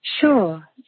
Sure